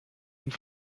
und